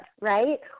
right